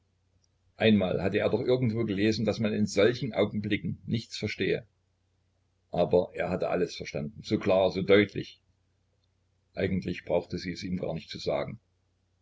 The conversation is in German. einmal hatte er doch irgendwo gelesen daß man in solchen augenblicken nichts verstehe aber er hatte alles verstanden so klar so deutlich eigentlich brauchte sie es ihm gar nicht zu sagen